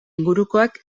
ingurukoak